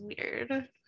weird